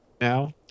now